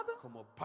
como